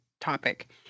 topic